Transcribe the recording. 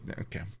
Okay